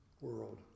world